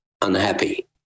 unhappy